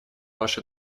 ваши